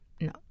No